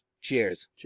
cheers